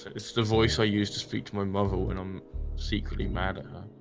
it's the voice i used to speak to my mother when i'm secretly mad at